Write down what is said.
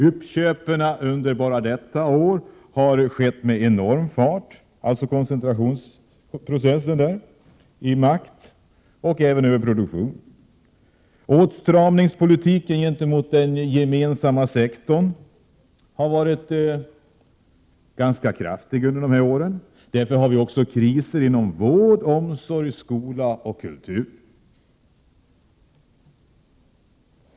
Beträffande koncentrationen av makt och produktion kan man konstatera att uppköpen bara under de senaste året har skett med en oerhörd fart. Åtstramningspolitiken när det gäller den gemensamma sektorn har varit ganska snäv under dessa år. Därför har vi också kriser inom vård, omsorg, skola och kultur.